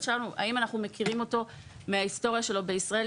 שלנו - האם אנחנו מכירים אותו מההיסטוריה שלו בישראל,